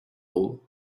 all